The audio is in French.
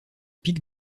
pics